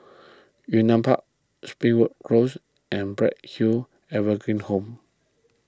Yunnan Park Springwood Close and Bright Hill Evergreen Home